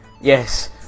Yes